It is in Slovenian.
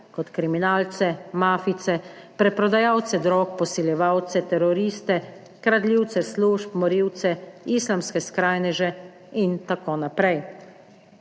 kot kriminalce, mafijce, preprodajalce drog, posiljevalce, teroriste, kradljivce služb, morilce, islamske skrajneže itn.,